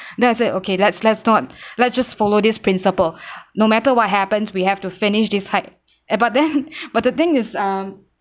then I said okay let's let's not let's just follow this principle no matter what happens we have to finish this hike uh but then but the thing is um